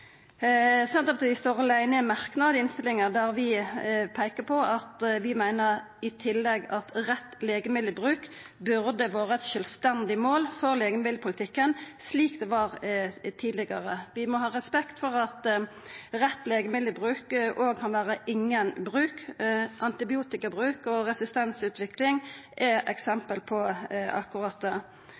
Senterpartiet står åleine om ein merknad i innstillinga der vi peikar på at vi i tillegg meiner at rett legemiddelbruk burde vore eit sjølvstendig mål for legemiddelpolitikken, slik det var tidlegare. Vi må ha respekt for at rett legemiddelbruk òg kan vera ingen bruk. Antibiotikabruk og resistensutvikling er eksempel på akkurat det.